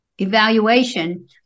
evaluation